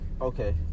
Okay